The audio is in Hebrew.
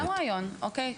גם רעיון, אוקיי.